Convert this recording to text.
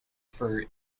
for